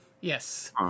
Yes